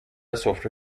سفره